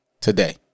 today